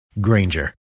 Granger